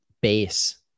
base